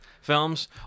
films